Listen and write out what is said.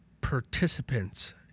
participants